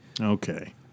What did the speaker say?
Okay